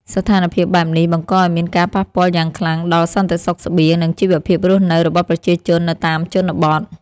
ស្ថានភាពបែបនេះបង្កឱ្យមានការប៉ះពាល់យ៉ាងខ្លាំងដល់សន្តិសុខស្បៀង និងជីវភាពរស់នៅរបស់ប្រជាជននៅតាមជនបទ។